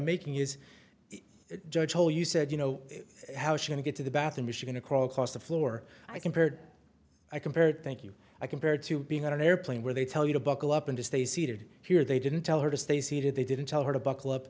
making is judge toler you said you know how she can get to the bathroom machine across the floor i compared i compared thank you i compared to being on an airplane where they tell you to buckle up and as they seated here they didn't tell her to stay seated they didn't tell her to buckle up